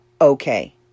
okay